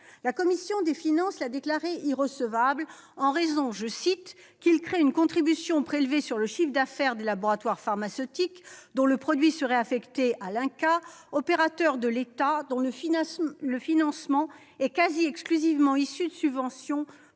La commission des finances l'a déclaré irrecevable pour la raison suivante : parce qu'il « crée une contribution prélevée sur le chiffre d'affaires des laboratoires pharmaceutiques dont le produit serait affecté à l'INCa, opérateur de l'État dont le financement est quasi exclusivement issu de subventions